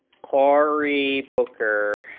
corey booker,